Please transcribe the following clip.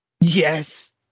Yes